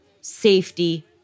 safety